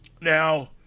Now